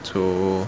so